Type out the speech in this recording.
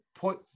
put